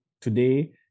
today